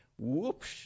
Whoops